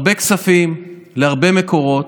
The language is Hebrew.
הרבה כספים להרבה מקומות,